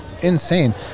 insane